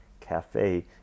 cafe